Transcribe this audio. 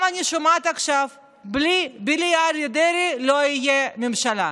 אני שומעת עכשיו שבלי אריה דרעי לא תהיה ממשלה.